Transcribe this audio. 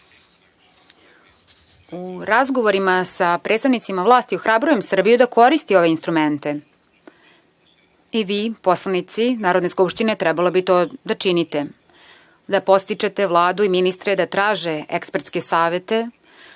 razgovorima sa predstavnicima vlasti ohrabrujem Srbiju da koristi ove instrumente i vi, poslanici Narodne skupštine trebalo bi to da činite, da podstičete Vladu i ministre da traže ekspertske savete,